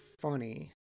funny